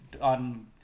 on